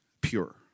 pure